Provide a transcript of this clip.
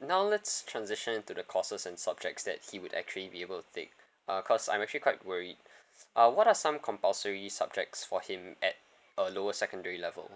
now let's transition to the courses and subjects that he would actually be able to take uh cause I'm actually quite worried uh what are some compulsory subjects for him at a lower secondary level